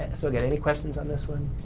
so again, any questions on this one?